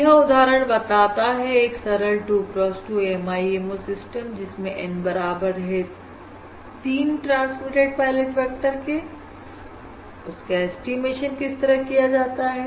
यह उदाहरण बताता है एक सरल 2 cross 2 MIMO सिस्टम जिसमें N बराबर है 3 ट्रांसमिटेड पायलट वेक्टर के उसका ऐस्टीमेशन किस तरह किया जाता है